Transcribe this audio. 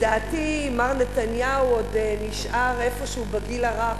לדעתי מר נתניהו עוד נשאר איפשהו בגיל הרך,